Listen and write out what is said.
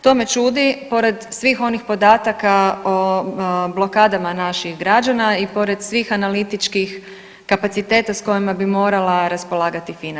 To me čudi pored svih onih podataka o blokadama naših građana i pored svih analitičkih kapaciteta sa kojima bi morala raspolagati FINA.